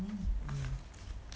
mm